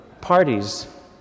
parties